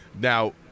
Now